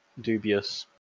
dubious